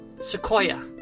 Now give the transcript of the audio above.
sequoia